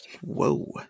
Whoa